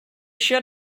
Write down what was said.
should